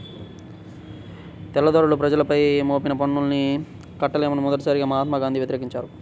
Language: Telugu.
తెల్లదొరలు ప్రజలపై మోపిన పన్నుల్ని కట్టలేమని మొదటగా మహాత్మా గాంధీ వ్యతిరేకించారు